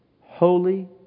holy